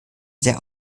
sehr